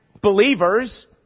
believers